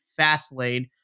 Fastlane